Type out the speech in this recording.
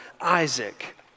Isaac